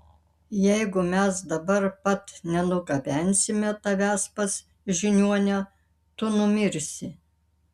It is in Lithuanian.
jeigu mes dabar pat nenugabensime tavęs pas žiniuonę tu numirsi